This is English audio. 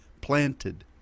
planted